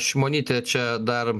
šimonytė čia dar